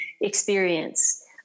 experience